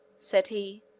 said he.